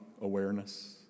awareness